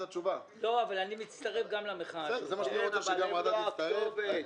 זה מה שאני רוצה, שגם הוועדה תצטרף.